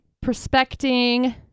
Prospecting